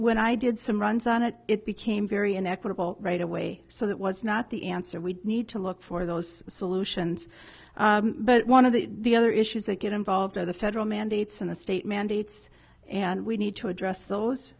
when i did some runs on it it became very inequitable right away so that was not the answer we need to look for those solutions but one of the the other issues that get involved are the federal mandates in the state mandates and we need to address those